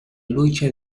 lucha